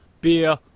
Beer